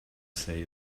say